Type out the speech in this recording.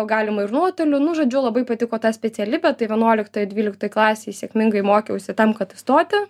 galima ir nuotoliu nu žodžiu labai patiko ta specialybė tai vienuoliktoj dvyliktoj klasėj sėkmingai mokiausi tam kad įstoti